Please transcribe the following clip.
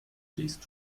please